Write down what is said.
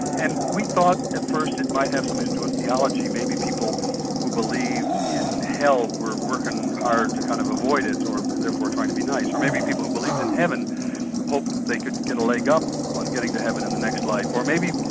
and we thought at first it might have something to do with theology, maybe people who believed in hell were working hard to kind of avoid it, or and therefore trying to be nice, or maybe people who believed in heaven hoped that they could get a leg up on getting to heaven in the next life, or maybe.